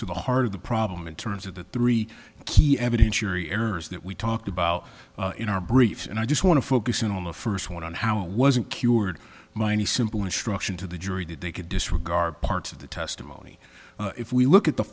to the heart of the problem in terms of the three key evidence yury errors that we talked about in our briefs and i just want to focus in on the first one on how it wasn't cured my any simple instruction to the jury did they could disregard parts of the testimony if we look at the